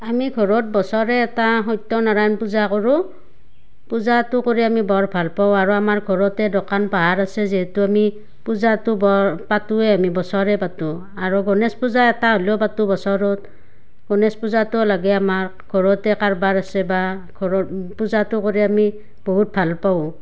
আমি ঘৰত বছৰে এটা সত্য নাৰায়ণ পূজা কৰোঁ পূজাটো কৰি আমি বৰ ভাল পাওঁ আৰু আমাৰ ঘৰতে দোকান পোহাৰ আছে যিহেতু আমি পূজাটো বৰ পাতোঁৱেই আমি বছৰে পাতোঁ আৰু গণেশ পূজা এটা হ'লেও পাতোঁ বছৰত গণেশ পূজাটো লাগে আমাৰ ঘৰতে কাৰবাৰ আছে বা ঘৰত পূজাটো কৰি আমি বহুত ভাল পাওঁ